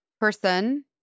person